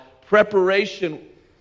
preparation